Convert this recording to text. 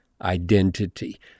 identity